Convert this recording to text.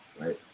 right